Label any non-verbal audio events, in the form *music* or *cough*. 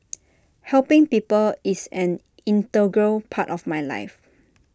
*noise* helping people is an integral part of my life